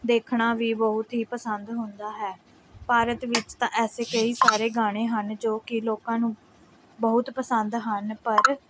ਦੇਖਣਾ ਵੀ ਬਹੁਤ ਹੀ ਪਸੰਦ ਹੁੰਦਾ ਹੈ ਭਾਰਤ ਵਿੱਚ ਤਾਂ ਐਸੇ ਕਈ ਸਾਰੇ ਗਾਣੇ ਹਨ ਜੋ ਕਿ ਲੋਕਾਂ ਨੂੰ ਬਹੁਤ ਪਸੰਦ ਹਨ ਪਰ